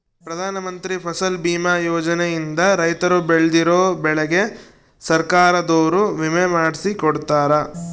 ಪ್ರಧಾನ ಮಂತ್ರಿ ಫಸಲ್ ಬಿಮಾ ಯೋಜನೆ ಇಂದ ರೈತರು ಬೆಳ್ದಿರೋ ಬೆಳೆಗೆ ಸರ್ಕಾರದೊರು ವಿಮೆ ಮಾಡ್ಸಿ ಕೊಡ್ತಾರ